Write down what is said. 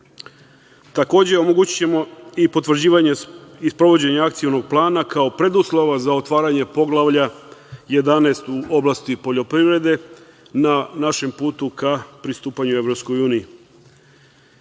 omogućićemo i sprovođenje akcionog plana kao preduslova za otvaranje Poglavlja 11 u oblasti poljoprivrede na našem putu ka pristupanju